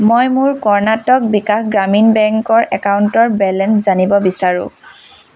মই মোৰ কৰ্ণাটক বিকাশ গ্ৰামীণ বেংকৰ একাউণ্টৰ বেলেঞ্চ জানিব বিচাৰোঁ